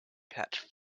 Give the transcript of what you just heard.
catch